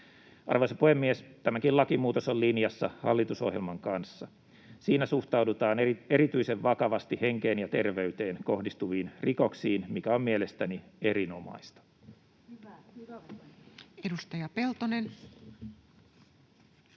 Arvoisa puhemies! Tämäkin lakimuutos on linjassa hallitusohjelman kanssa. Siinä suhtaudutaan erityisen vakavasti henkeen ja terveyteen kohdistuviin rikoksiin, mikä on mielestäni erinomaista. Edustaja Peltonen.